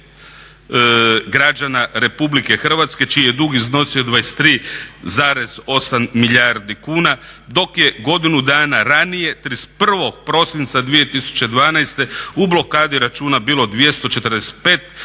građana RH čiji je dug iznosio 23,8 milijardi kuna dok je godinu dana ranije 31. prosinca 2012. u blokadi računa bilo 245 441